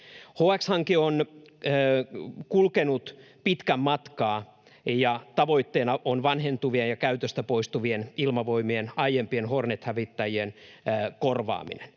HX-hanke on kulkenut pitkän matkaa, ja tavoitteena on vanhentuvien ja käytöstä poistuvien ilmavoimien aiempien Hornet-hävittäjien korvaaminen.